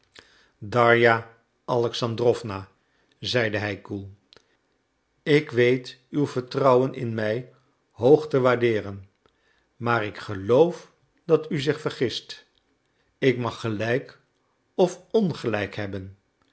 darja alexandrowna zeide hij koel ik weet uw vertrouwen in mij hoog te waardeeren maar ik geloof dat u zich vergist ik mag gelijk of ongelijk hebben